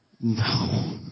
No